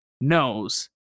knows